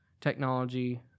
Technology